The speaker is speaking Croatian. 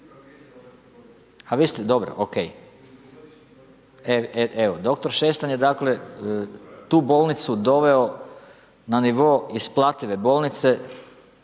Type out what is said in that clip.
Doktor Šestan je tu bolnicu doveo na nivo isplative bolnice,